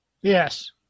Yes